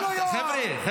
בוא, בבקשה.